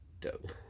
dope